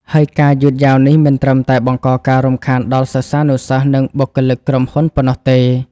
ហើយការយឺតយ៉ាវនេះមិនត្រឹមតែបង្កការរំខានដល់សិស្សានុសិស្ស និងបុគ្គលិកក្រុមហ៊ុនប៉ុណ្ណោះទេ។